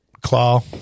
Claw